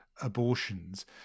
abortions